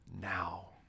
now